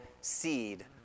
seed